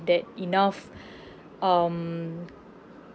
that enough um